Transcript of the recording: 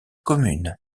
commune